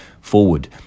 forward